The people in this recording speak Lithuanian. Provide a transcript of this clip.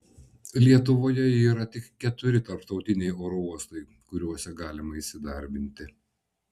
lietuvoje yra tik keturi tarptautiniai oro uostai kuriuose galima įsidarbinti